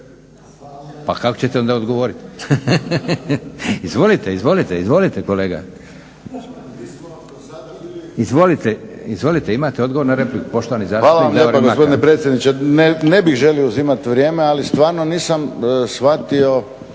Pa kako ćete onda odgovoriti? Izvolite, izvolite kolega. Izvolite, imate odgovor na repliku. Poštovani zastupnik Davorin Mlakar. **Mlakar, Davorin (HDZ)** Hvala vam lijepa gospodine predsjedniče. Ne bih želio uzimati vrijeme, ali stvarno nisam shvatio